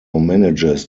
manages